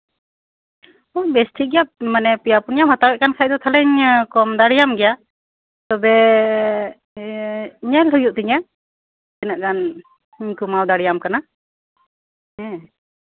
ᱵᱮᱥ ᱴᱷᱤᱠ ᱜᱮᱭᱟ ᱯᱮᱭᱟ ᱯᱩᱱᱭᱟᱹᱢ ᱦᱟᱛᱟᱭᱮᱫ ᱠᱷᱟᱱ ᱛᱟᱦᱞᱮᱧ ᱠᱚᱢ ᱫᱟᱲᱮᱭᱟᱢ ᱜᱮᱭᱟ ᱛᱚᱵᱮ ᱧᱮᱞ ᱦᱩᱭᱩᱜ ᱛᱤᱧᱟ ᱛᱤᱱᱟᱹᱜ ᱜᱟᱱ ᱤᱧ ᱠᱚᱢᱟᱣ ᱫᱟᱲᱮᱭᱟᱢ ᱠᱚᱣᱟ ᱦᱮᱸ